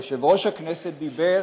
יושב-ראש הכנסת דיבר